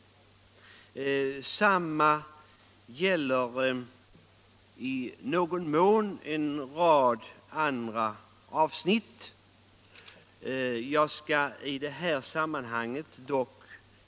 Detsamma gäller i någon mån en rad andra avsnitt.